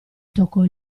toccò